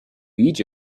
each